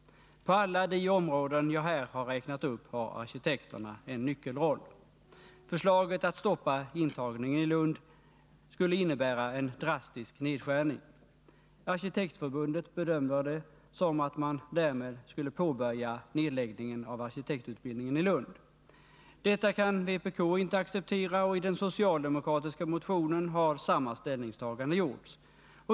På alla de områden jag här har räknat upp har arkitekterna en nyckelroll. Förslaget att stoppa intagningen i Lund skulle innebära en drastisk nedskärning. Arkitektförbundet bedömer det som att man därmed skulle påbörja nedläggningen av arkitektutbildningen i Lund. Detta kan vpk inte acceptera, och i den socialdemokratiska motionen har samma ställningstagande gjorts.